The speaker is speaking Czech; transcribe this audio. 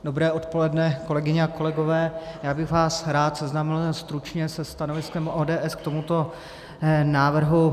Dobré odpoledne, kolegyně a kolegové, já bych vás rád seznámil jen stručně se stanoviskem ODS k tomuto návrhu.